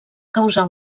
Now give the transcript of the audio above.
causar